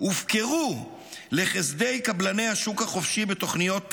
הופקרו לחסדי קבלני השוק החופשי בתוכניות תמ"א,